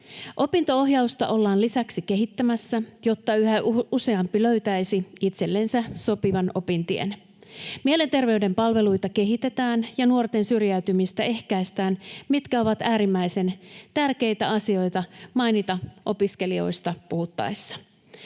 Opinto-ohjausta ollaan lisäksi kehittämässä, jotta yhä useampi löytäisi itsellensä sopivan opintien. Mielenterveyden palveluita kehitetään ja nuorten syrjäytymistä ehkäistään, mitkä ovat äärimmäisen tärkeitä asioita mainita opiskelijoista puhuttaessa.